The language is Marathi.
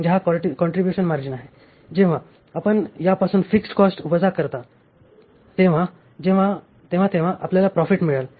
जेव्हा आपण यापासून फिक्स्ड कॉस्ट वजा करता तेव्हा तेव्हा आपल्याला प्रॉफिट मिळेल